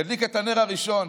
ידליק את הנר הראשון.